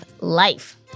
life